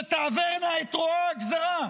שתעברנה את רוע הגזירה?